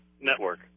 network